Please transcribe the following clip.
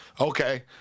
okay